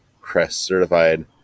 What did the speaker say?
CREST-certified